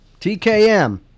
TKM